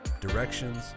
directions